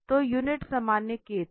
तो यूनिट सामान्य थी